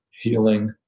healing